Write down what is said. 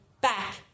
back